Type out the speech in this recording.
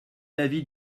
l’avis